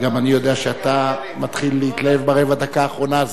ואני יודע שאתה מתחיל להתלהב ברבע הדקה האחרונה,